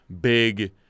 big